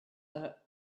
are